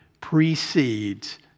precedes